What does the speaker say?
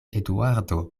eduardo